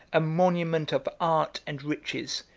a monument of art and riches,